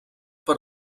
per